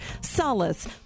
Solace